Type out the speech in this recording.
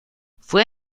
fue